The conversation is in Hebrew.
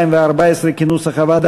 מינהלה,